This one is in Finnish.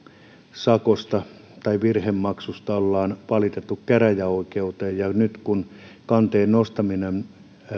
virhemaksusta ollaan valitettu käräjäoikeuteen ja kun nyt kanteen nostaminen